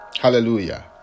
Hallelujah